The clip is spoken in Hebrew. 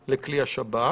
צביקה,